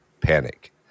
panic